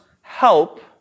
help